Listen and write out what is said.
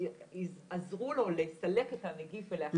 שעזרו לו לסלק את הנגיף ולהחלים,